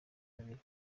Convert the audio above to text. babiri